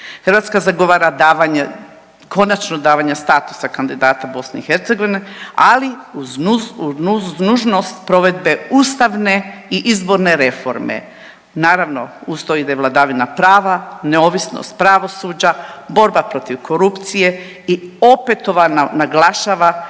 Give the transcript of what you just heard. Hrvatska zagovara davanje, konačno davanje statusa kandidata Bosne i Hercegovine ali uz nužnost provedbe ustavne i izborne reforme. Naravno uz to ide vladavina prava, neovisnost pravosuđa, borba protiv korupcije i opetovano naglašava